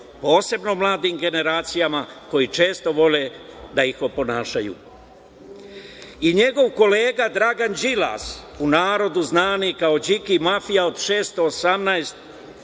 posebno mladim generacijama, koji često vole da ih oponašaju. I njegov kolega Dragan Đilas, u narodu znani kao Điki-mafija od 618.000.000